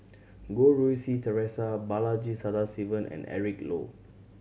Goh Rui Si Theresa Balaji Sadasivan and Eric Low